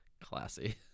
classy